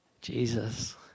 Jesus